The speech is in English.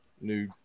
new